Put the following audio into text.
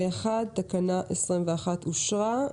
פה-אחד, תקנה 21 אושרה.